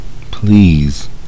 Please